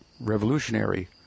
Revolutionary